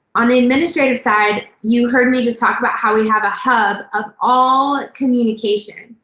on the administrative side, you heard me just talk about how we have a hub of all communication.